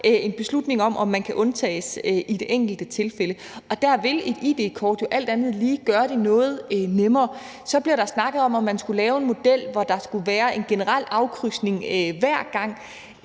en beslutning om, om der kan undtages i det enkelte tilfælde. Og der vil et id-kort jo alt andet lige gøre det noget nemmere. Så bliver der snakket om, om man skulle lave en model, hvor der skulle være en generel afkrydsning hver gang.